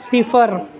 صفر